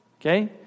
okay